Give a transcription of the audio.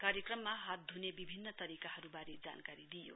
कार्यक्रममा हात ध्ने बिभिन्न तरीकाहरूबारे जानकारी दिइयो